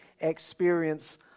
experience